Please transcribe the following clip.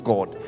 God